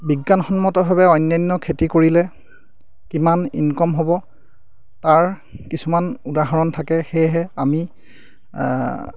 বিজ্ঞানসন্মতভাৱে অন্যান্য খেতি কৰিলে কিমান ইনকম হ'ব তাৰ কিছুমান উদাহৰণ থাকে সেয়েহে আমি